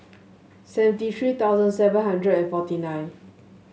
seventy three thousand seven hundred and forty nine